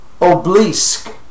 obelisk